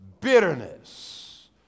bitterness